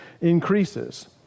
increases